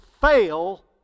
fail